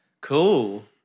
cool